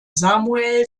samuel